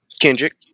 Kendrick